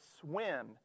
swim